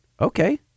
Okay